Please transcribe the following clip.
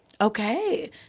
Okay